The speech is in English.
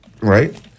right